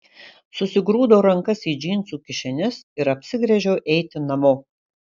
susigrūdau rankas į džinsų kišenes ir apsigręžiau eiti namo